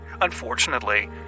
Unfortunately